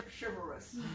chivalrous